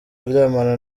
aryamana